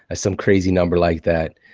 some crazy number like that.